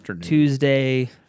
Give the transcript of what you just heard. Tuesday